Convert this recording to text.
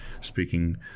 speaking